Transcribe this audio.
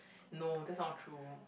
no that's not true